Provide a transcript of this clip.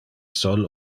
sol